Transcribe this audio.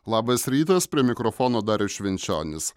labas rytas prie mikrofono darius švenčionis